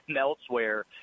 elsewhere –